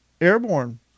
airborne